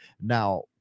now